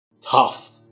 tough